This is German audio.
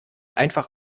einfach